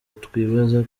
twibaza